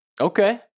okay